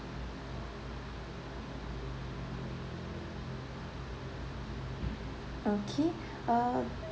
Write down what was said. okay err